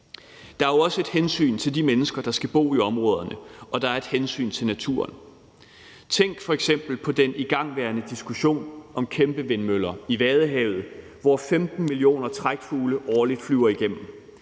Der er jo også et hensyn til de mennesker, der skal bo i områderne, og der er et hensyn til naturen. Tænk f.eks. på den igangværende diskussion om kæmpevindmøller i Vadehavet, hvor 15 millioner trækfugle årligt flyver igennem.